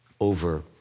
over